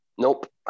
Nope